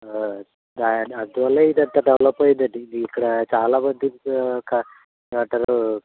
అందువల్లే ఇదంతా డెవలప్ అయ్యిందండి ఇక్కడ చాలామంది గంటలు